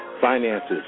finances